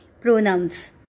pronouns